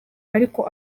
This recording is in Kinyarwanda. ariko